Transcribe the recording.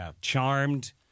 charmed